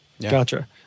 Gotcha